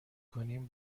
کنیم